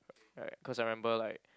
right cause I remember like